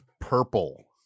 purple